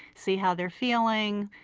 see how they're feeling,